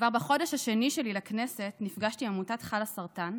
כבר בחודש השני שלי בכנסת נפגשתי עם עמותת חלאסרטן,